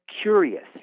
curious